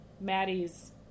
Maddie's